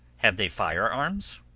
have they fire-arms?